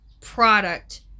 product